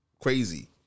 crazy